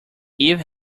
eve